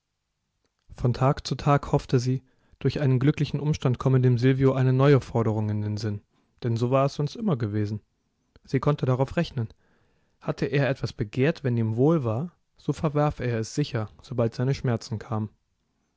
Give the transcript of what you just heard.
von tag zu tag hoffte sie durch einen glücklichen umstand komme dem silvio eine neue forderung in den sinn denn so war es sonst immer gewesen sie konnte darauf rechnen hatte er etwas begehrt wenn ihm wohl war so verwarf er es sicher sobald seine schmerzen kamen